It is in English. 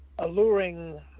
alluring